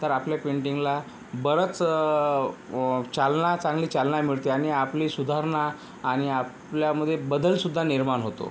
तर आपल्या पेंटिंगला बरंच व चालना चांगली चालना मिळते आणि आपली सुधारणा आणि आपल्यामध्ये बदलसुद्धा निर्माण होतो